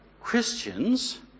Christians